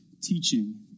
teaching